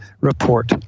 report